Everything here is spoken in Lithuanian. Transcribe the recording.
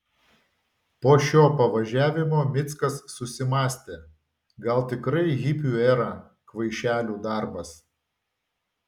po šio pavažiavimo mickas susimąstė gal tikrai hipių era kvaišelių darbas